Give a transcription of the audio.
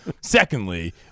Secondly